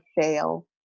fail